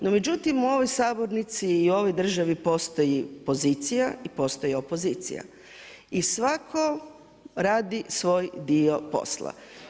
No međutim, u ovoj sabornici i ovoj državi postoji pozicija i postoji opozicija i svatko radi svoj dio posla.